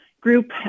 group